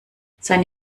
seine